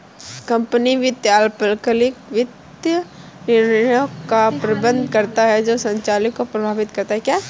company वित्त अल्पकालिक वित्तीय निर्णयों का प्रबंधन करता है जो संचालन को प्रभावित करता है